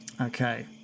Okay